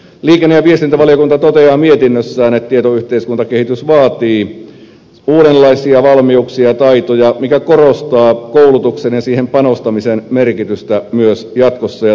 liikenne ja viestintävaliokunta toteaa mietinnössään että tietoyhteiskuntakehitys vaatii uudenlaisia valmiuksia ja taitoja mikä korostaa koulutuksen ja siihen panostamisen merkitystä myös jatkossa ja tulevaisuudessa